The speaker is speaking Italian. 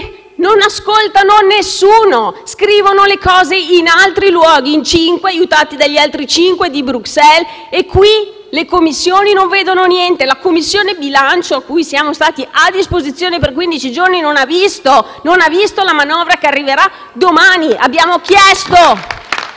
non ascoltano nessuno e scrivono le cose in altri luoghi: in cinque, aiutati dagli altri cinque di Bruxelles, e qui le Commissioni non vedono niente. La Commissione bilancio, per cui siamo stati a disposizione per quindici giorni, non ha visto la manovra che arriverà domani. *(Applausi